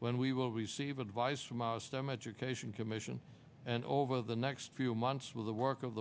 when we will receive advice from our stem education commission and over the next few months with the work of